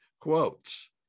quotes